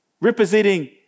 representing